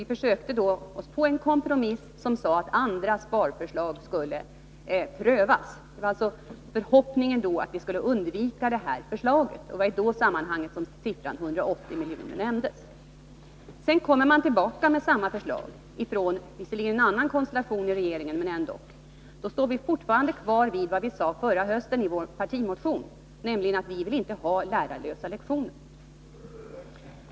Vi försökte då få en kompromiss som gick ut på att andra besparingsförslag skulle prövas. Förhoppningen var att vi skulle kunna undvika förslaget om lärarlösa lektioner, och det var i det sammanhanget som beloppet 180 miljoner nämndes. Men sedan kommer regeringen — visserligen i en annan konstellation — tillbaka med samma förslag. Vi står fortfarande fast vid det vi sade förra hösten i vår partimotion, nämligen att vi inte vill ha lärarlösa lektioner.